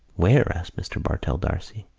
where? asked mr. bartell d'arcy.